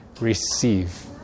receive